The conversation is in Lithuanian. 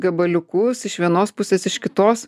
gabaliukus iš vienos pusės iš kitos